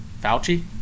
Fauci